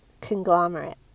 conglomerate